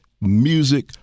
Music